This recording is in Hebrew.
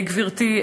גברתי,